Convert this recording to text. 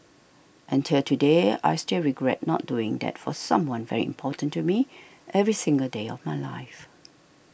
and till today I still regret not doing that for someone very important to me every single day of my life